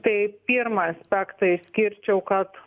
tai pirmą aspektą išskirčiau kad